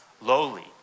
lowly